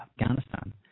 Afghanistan